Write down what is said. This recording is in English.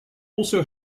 also